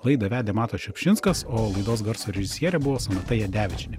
laidą vedė matas šiupšinskas o laidos garso režisierė buvo sonata jadevičienė